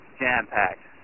jam-packed